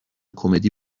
کمدی